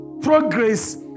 progress